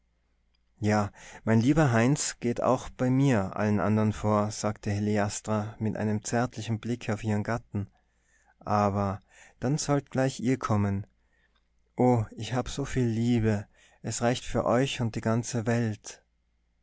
ja mein lieber heinz geht auch bei mir allen andern vor sagte heliastra mit einem zärtlichen blick auf ihren gatten aber dann sollt gleich ihr kommen o ich habe so viel liebe es reicht für euch und die ganze welt